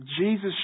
Jesus